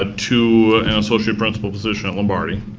ah to an associate principal position at lombardi.